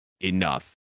enough